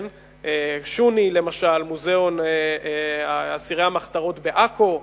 שוני, למשל, מוזיאון אסירי המחתרות בעכו,